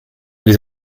les